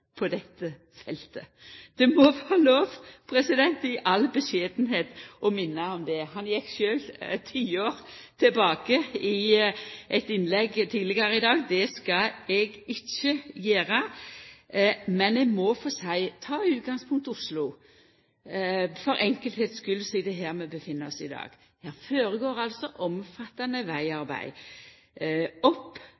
på dette feltet. Det må vera lov, i all beskjedenheit, å minna om det. Han gjekk sjølv eit tiår tilbake i eit innlegg tidlegare i dag. Det skal eg ikkje gjera, men eg må få seia: Ta utgangspunkt i Oslo for enkelheits skuld sidan det er her vi er. Her føregår altså omfattande